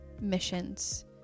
missions